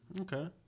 Okay